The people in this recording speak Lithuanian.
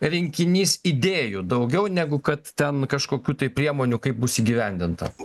rinkinys idėjų daugiau negu kad ten kažkokių tai priemonių kaip bus įgyvendinta